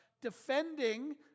defending